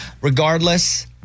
Regardless